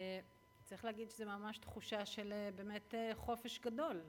צריך להגיד שזאת ממש תחושה של חופש גדול.